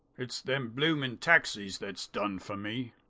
it's them bloomin' taxis that's done for me.